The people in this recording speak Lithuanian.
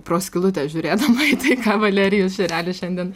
pro skylutę žiūrėdama į tai ką valerijus šerelis šiandien